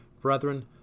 Brethren